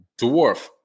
dwarf